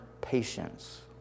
patience